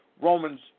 Romans